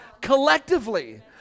collectively